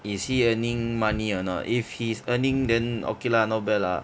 is he earning money or not if he's earning then okay lah not bad lah